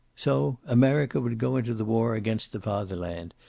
so america would go into the war against the fatherland,